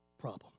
problem